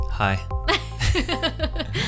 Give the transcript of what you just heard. Hi